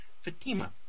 Fatima